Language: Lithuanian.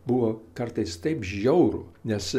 buvo kartais taip žiauru nes